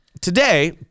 today